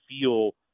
feel